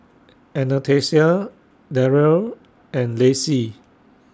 Anastasia Daryle and Lacy